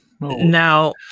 Now